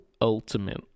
Ultimate